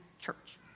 church